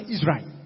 Israel